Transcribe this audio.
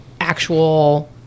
actual